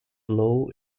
low